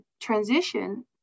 transition